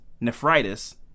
nephritis